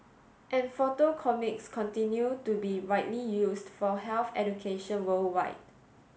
and photo comics continue to be widely used for health education worldwide